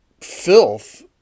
filth